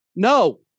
No